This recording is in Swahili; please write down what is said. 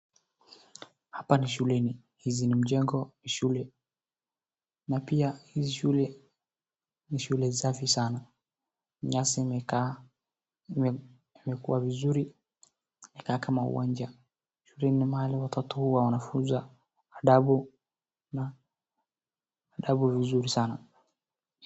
Hapa ni shuleni, hizi ni mjengo za shule na pia hizi shule ni shule safi sana. Nyasi imekaa imekuwa vizuri, imekaa kama uwanja ,shuleni ni mahali watoto huwa wanafunzwa adabu vizuri sana.